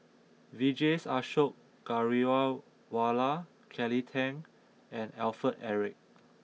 Vijesh Ashok Ghariwala Kelly Tang and Alfred Eric